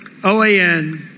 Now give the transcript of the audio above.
OAN